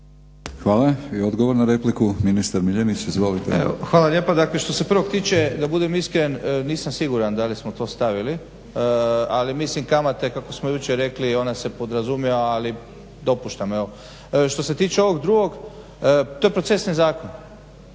Hvala. I odgovor na repliku ministar MIljenić. Izvolite. **Miljenić, Orsat** Hvala lijepa. Što se prvog tiče da budem iskren nisam siguran da li smo to stavili ali mislim kamate kako smo jučer rekli ona se podrazumijeva ali dopuštam evo. Što se tiče ovog drugog, to je procesni zakon.